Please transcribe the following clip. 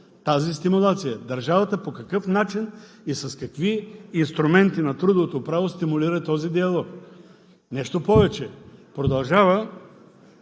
тази стимулация. Държавата по какъв начин и с какви инструменти на трудовото право стимулира този диалог? Нещо повече – продължава: